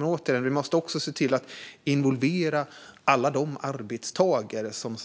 Vi måste, återigen, också se till att involvera alla de arbetstagare som